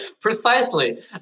Precisely